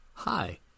Hi